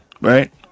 right